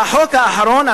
והחוק האחרון,